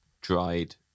dried